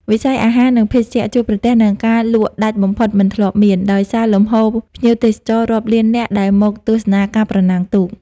វិស័យអាហារ និងភេសជ្ជៈជួបប្រទះនឹងការលក់ដាច់បំផុតមិនធ្លាប់មាន ដោយសារលំហូរភ្ញៀវទេសចររាប់លាននាក់ដែលមកទស្សនាការប្រណាំងទូក។